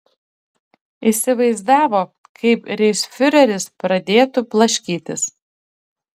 įsivaizdavo kaip reichsfiureris pradėtų blaškytis